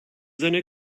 seine